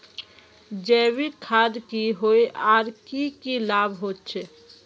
जैविक खाद की होय आर की की लाभ होचे?